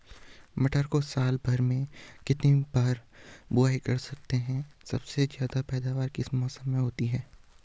मटर को साल भर में कितनी बार बुआई कर सकते हैं सबसे ज़्यादा पैदावार किस मौसम में होती है?